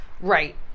Right